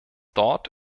dort